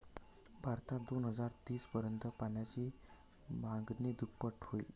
भारतात दोन हजार तीस पर्यंत पाण्याची मागणी दुप्पट होईल